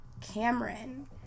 Cameron